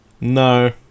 No